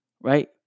right